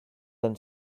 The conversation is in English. ten